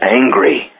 angry